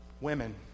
Women